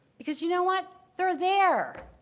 because you know what, they're there.